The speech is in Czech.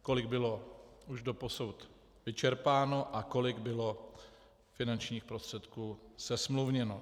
Kolik bylo už doposud vyčerpáno a kolik bylo finančních prostředků zesmluvněno?